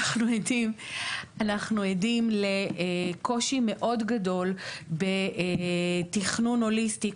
אנחנו עדים לקושי מאוד גדול בתכנון הוליסטי,